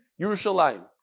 Yerushalayim